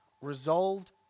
resolved